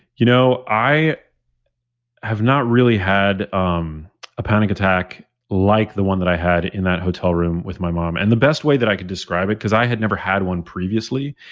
you know i have not really had um a panic attack like the one that i had, in that hotel room with my mom. and the best way that i could describe it, because i had never had one previously,